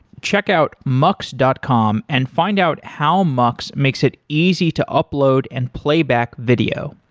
check out mux dot com and find out how mux makes it easy to upload and play back video.